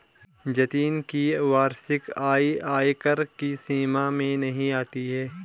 जतिन की वार्षिक आय आयकर की सीमा में नही आती है